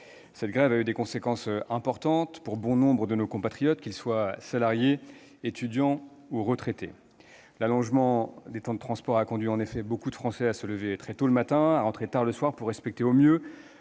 Cette grève a eu des conséquences importantes pour bon nombre de nos compatriotes, qu'ils soient salariés, étudiants ou retraités. L'allongement des temps de transport a conduit beaucoup de Français à se lever très tôt le matin et à rentrer chez eux tard le soir pour respecter au mieux